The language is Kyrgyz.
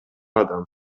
адам